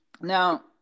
Now